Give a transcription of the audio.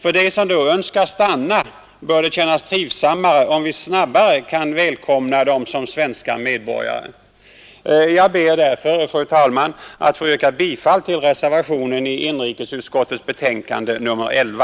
För dem som då önskar stanna bör det kännas trivsammare om vi snabbare kan välkomna dem som svenska medborgare. Fru talman! Jag ber att få yrka bifall till reservationen vid inrikesutskottets betänkande nr 11.